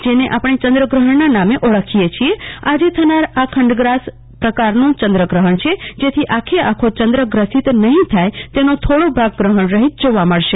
જેને આપણે ચંદ્રગ્રફણના નામે ઓળખીએ છીએ આજે થનાર આ ગ્રફણ ખંડગ્રાસ પ્રકારનું છે જેથી આખે આખો ચંદ્ર ગ્રસીત નફીં થાય તેનો થોડો ભાગ ગ્રફણ રફિત જોવા મળશે